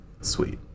Sweet